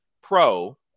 pro